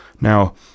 Now